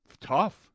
tough